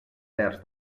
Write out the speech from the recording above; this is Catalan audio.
terç